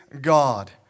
God